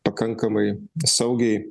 pakankamai saugiai